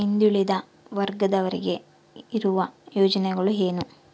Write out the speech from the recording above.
ಹಿಂದುಳಿದ ವರ್ಗದವರಿಗೆ ಇರುವ ಯೋಜನೆಗಳು ಏನು?